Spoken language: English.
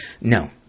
no